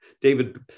David